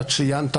אתה ציינת,